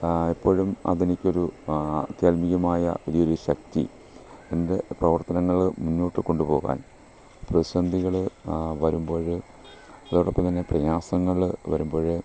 ആ എപ്പോഴും അതെനിക്കൊരു അധ്യാത്മീകമായ പുതിയൊരു ശക്തി എൻ്റെ പ്രവർത്തനങ്ങൾ മുന്നോട്ട് കൊണ്ട് പോകാൻ പ്രതിസന്ധികൾ വരുമ്പോൾ അതോടൊപ്പം തന്നെ പ്രയാസങ്ങൾ വരുമ്പോൾ